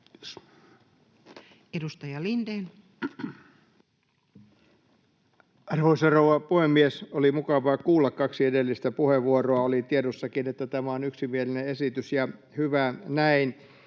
20:12 Content: Arvoisa rouva puhemies! Oli mukavaa kuulla kaksi edellistä puheenvuoroa. Oli tiedossakin, että tämä on yksimielinen esitys, ja hyvä näin.